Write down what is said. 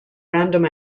random